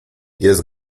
jest